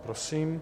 Prosím.